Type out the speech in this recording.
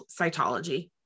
cytology